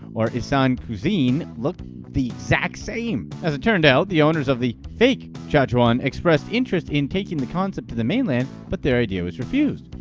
or isaan um cuisine, looked the exact same. as it turned out, the owners of the fake chachawan expressed interest in taking the concept to the mainland but their idea was refused.